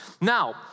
Now